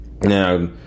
Now